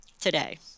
today